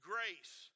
Grace